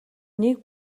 нэг